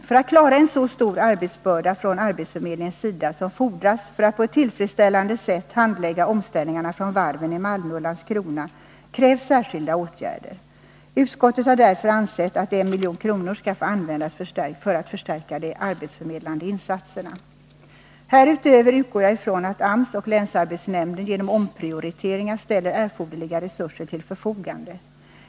För att arbetsförmedlingen skall klara av en så stor arbetsbörda som det blir fråga om när det gäller att på ett tillfredsställande sätt handlägga omställningarna för varven i Malmö och Landskrona krävs särskilda åtgärder. Utskottet har därför ansett att 1 milj.kr. skall få användas för att förstärka de arbetsförmedlande insatserna. Härutöver utgår jag ifrån att AMS och länsarbetsnämnden genom omprioriteringar ställer erforderliga resurser till förfogande.